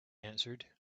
answered